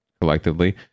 collectively